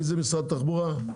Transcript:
מי זה במשרד התחבורה?